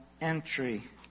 entry